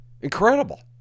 incredible